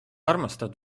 armastad